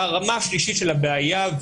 הרמה השלישית של הבעיה,